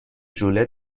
ژوله